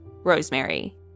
Rosemary